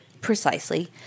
Precisely